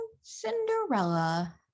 Cinderella